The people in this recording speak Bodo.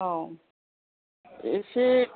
औ एसे